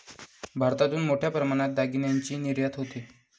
भारतातून मोठ्या प्रमाणात दागिन्यांची निर्यात होते